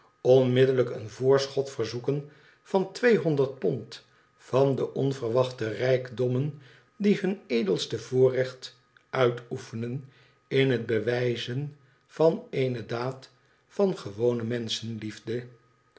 onmiddellijk een voorschot verzoeken van tweehonderd pond van de onverwachte rijkdommen die hun edelste voorrecht uitoefenen in het bewijzen van eene daad van